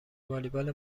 والیبال